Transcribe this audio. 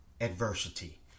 adversity